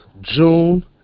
June